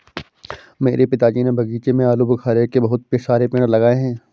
मेरे पिताजी ने बगीचे में आलूबुखारे के बहुत सारे पेड़ लगाए हैं